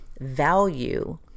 value